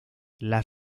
las